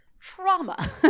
trauma